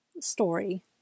story